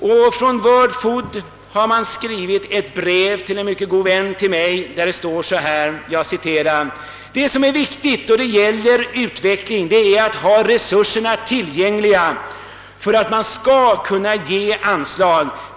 Från World Food Council har skrivits ett brev till en god vän till mig där det i översättning står: »Det som är viktigt då det gäller utveckling är att ha resurserna tillgängliga för att kunna ge anslag.